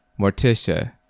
Morticia